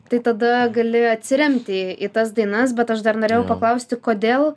tai tada gali atsiremti į į tas dainas bet aš dar norėjau paklausti kodėl